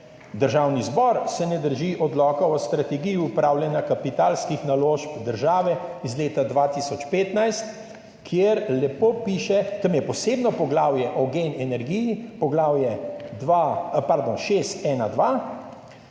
državni zbor se ne drži Odloka o strategiji upravljanja kapitalskih naložb države iz leta 2015, kjer lepo piše, tam je posebno poglavje o Gen energiji, poglavje 6.1.2,